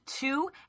two